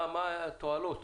מה התועלות?